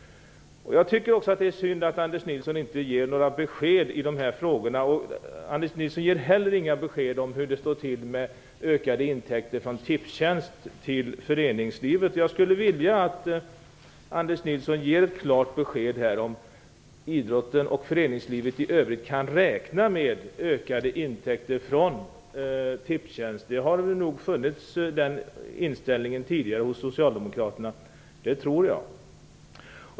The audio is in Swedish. Jag tycker också att det är synd att Anders Nilsson inte ger några besked i dessa frågor. Han ger inte heller några besked om hur det står till med ökade intäkter till föreningslivet från Tipstjänst. Jag skulle vilja att Anders Nilsson gav ett klart besked om ifall idrotten och föreningslivet i övrigt kan räkna med ökade intäkter från Tipstjänst. Den inställningen har nog tidigare funnits hos socialdemokraterna.